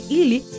ili